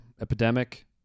Epidemic